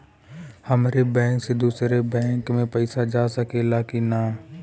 हमारे बैंक से दूसरा बैंक में पैसा जा सकेला की ना?